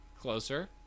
closer